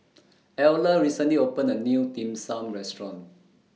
Eller recently opened A New Dim Sum Restaurant